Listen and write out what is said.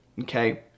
Okay